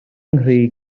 nghri